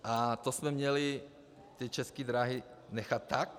A to jsme měli České dráhy nechat tak?